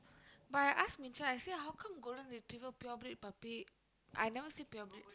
but I ask Ming Qiao I say how come golden retriever pure breed but big I never say pure breed